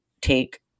take